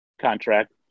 contract